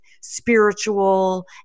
spiritual